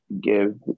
give